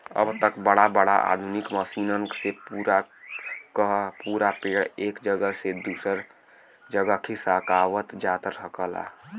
अब त बड़ा बड़ा आधुनिक मसीनन से पूरा क पूरा पेड़ एक जगह से दूसर जगह खिसकावत जा सकला